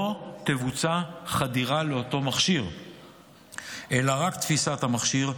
לא תבוצע חדירה לאותו מכשיר אלא רק תפיסת המכשיר,